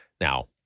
Now